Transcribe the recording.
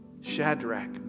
Shadrach